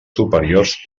superiors